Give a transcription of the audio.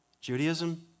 Judaism